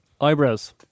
Eyebrows